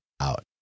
out